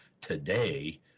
today